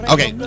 Okay